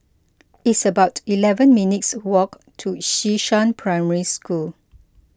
it's about eleven minutes' walk to Xishan Primary School